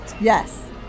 Yes